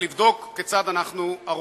ולבדוק כיצד אנחנו ערוכים.